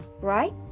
right